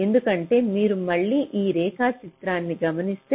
ఎందుకంటే మీరు మళ్ళీ ఈ రేఖాచిత్రానికి గమనిస్తే